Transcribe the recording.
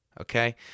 Okay